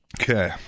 Okay